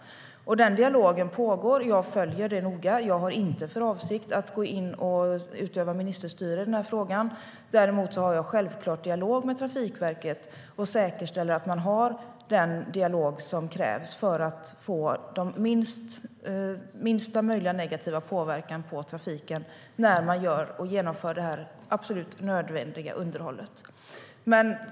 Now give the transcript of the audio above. Dialogen pågår. Jag följer den noga. Jag har inte för avsikt att gå in och utöva ministerstyre i frågan. Däremot för jag självklart en dialog med Trafikverket och säkerställer att man har den dialog som krävs för att få minsta möjliga negativa påverkan på trafiken när man genomför detta absolut nödvändiga underhåll.